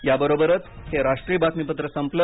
या बरोबरच हे राष्ट्रीय बातमीपत्र संपलं